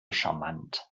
charmant